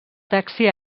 taxi